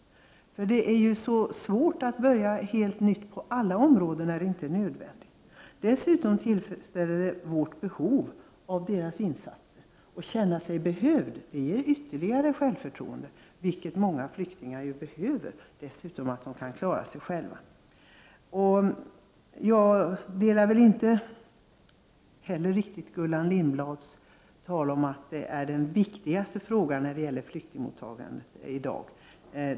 Det är svårt att börja på nytt på alla områden, och det är inte heller nödvändigt. Dessutom tillfredsställs vårt behov av deras insatser. Den som känner sig behövd och kan klara sig själv får ytterligare självförtroende, vilket är nödvändigt för många flyktingar. Jag håller inte heller med om Gullan Lindblads tal om att frågan om arbetskraften är den viktigaste frågan när det gäller flyktingmottagandet i dag.